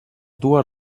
dues